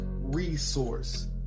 resource